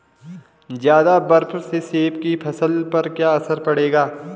ज़्यादा बर्फ से सेब की फसल पर क्या असर पड़ेगा?